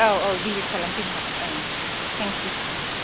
औ औ भिजिट खालामफैनो हागोन ओं दे थेंकिउ औ